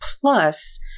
plus